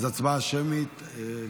הצבעה שמית.